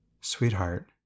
sweetheart